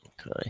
Okay